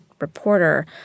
reporter